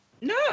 No